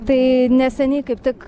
tai neseniai kaip tik